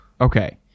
Okay